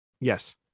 Yes